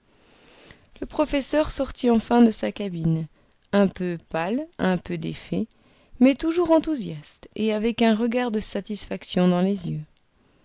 le professeur sortit enfin de sa cabine un peu pâle un peu défait mais toujours enthousiaste et avec un regard de satisfaction dans les yeux